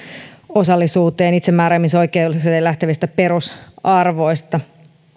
osallisuuteen itsemääräämisoikeuteen liittyvistä perusarvoista